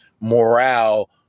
morale